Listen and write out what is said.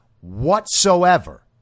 whatsoever